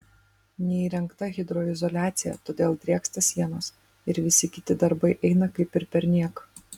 neįrengta hidroizoliacija todėl drėksta sienos ir visi kiti darbai eina kaip ir perniek